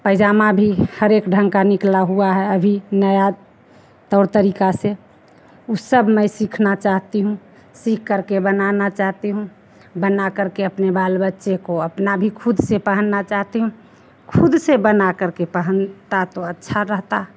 पैजामा भी हर एक ढंग का निकला हुआ है अभी नया तौर तरीका से उस सब में सीखना चाहती हूँ सीख करके बनाना चाहती हूँ बना करके बनाना चाहती हूँ बना करके अपने बाल बच्चे को अपना भी खुद से पहनना चाहती हूँ खुद से बना करके पहनता तो अच्छा रहता